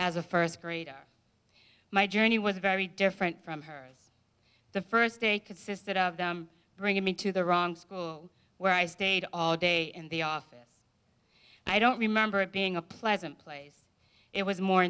as a first grader my journey was very different from hers the first day consisted of them bring him into the wrong school where i stayed all day in the office i don't remember it being a pleasant place it was more